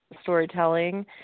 storytelling